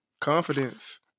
Confidence